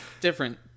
different